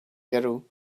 girl